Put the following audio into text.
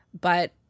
but-